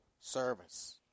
service